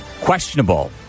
questionable